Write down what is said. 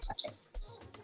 projects